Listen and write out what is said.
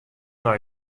nei